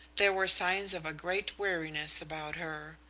there were signs of a great weariness about her.